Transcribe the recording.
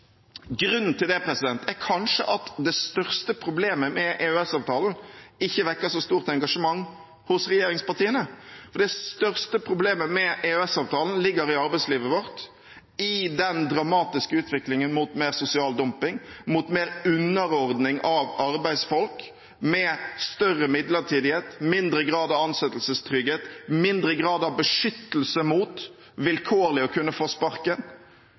Grunnen til det er kanskje at det største problemet med EØS-avtalen ikke vekker så stort engasjement hos regjeringspartiene, for det største problemet med EØS-avtalen ligger i arbeidslivet vårt, i den dramatiske utviklingen mot mer sosial dumping, mot mer underordning av arbeidsfolk, med større midlertidighet, mindre grad av ansettelsestrygghet, mindre grad av beskyttelse mot vilkårlig å kunne få sparken,